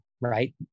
right